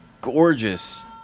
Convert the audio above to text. gorgeous